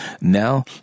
now